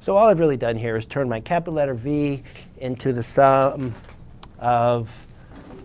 so all i've really done here is turn my capital letter v into the sum of